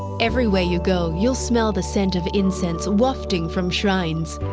everywhere you go you'll smell the scent of incense wafting from shrines.